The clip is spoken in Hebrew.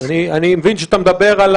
מבין שאתה מדבר על